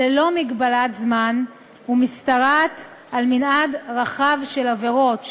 ללא מגבלת זמן ומשתרעת על מנעד רחב של עבירות,